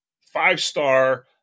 Five-star